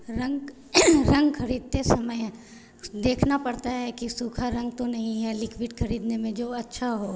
रंग रंग ख़रीदते समय देखना पड़ता है कि सूखा रंग तो नहीं है लिक्विड ख़रीदने में जो अच्छा हो